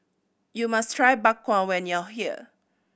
you must try Bak Kwa when you are here